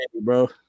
bro